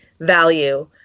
Value